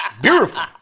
Beautiful